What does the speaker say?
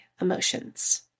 emotions